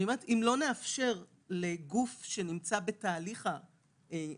אני אומרת שאם לא נאפשר לגוף שנמצא בתהליך האישור,